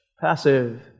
passive